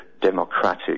democratic